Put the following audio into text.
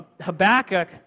Habakkuk